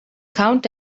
count